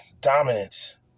dominance